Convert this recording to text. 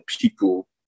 people